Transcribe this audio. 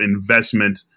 investment